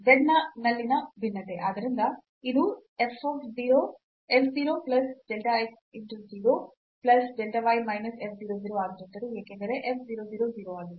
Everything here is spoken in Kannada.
ಆದ್ದರಿಂದ ಇದು f 0 plus delta x 0 plus delta y minus f 0 0 ಆಗಿರುತ್ತದೆ ಏಕೆಂದರೆ f 0 0 0 ಆಗಿದೆ